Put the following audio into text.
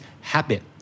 habit